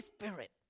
Spirit